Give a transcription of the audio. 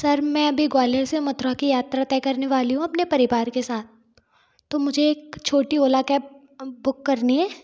sir मैं अभी ग्वालियर से मथुरा की यात्रा तय करने वाली हूँ अपने परिवार के साथ तो मुझे एक छोटी ओला कैब बुक करनी है